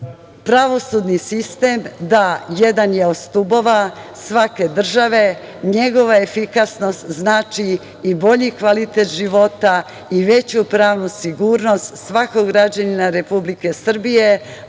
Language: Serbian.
naroda. Pravosudni sistem, da, jedan je od stubova svake države. Njegova efikasnost znači i bolji kvalitet života i veću pravnu sigurnost svakog građanina Republike Srbije,